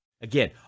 Again